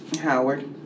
Howard